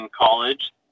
college